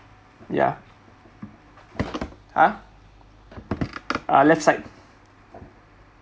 ya !huh! uh left side